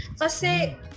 Kasi